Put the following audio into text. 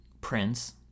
prince